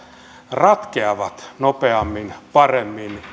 ratkeavat nopeammin paremmin